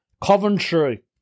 Coventry